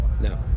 No